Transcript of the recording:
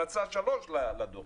המלצה 3 לדוח,